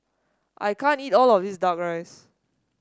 I can't eat all of this duck rice